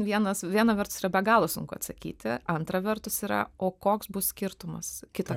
vienas viena vertus yra be galo sunku atsakyti antra vertus yra o koks bus skirtumas kitą